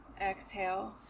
Exhale